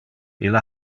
illa